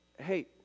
Hey